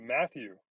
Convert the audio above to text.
Matthew